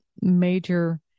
major